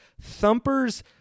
Thumper's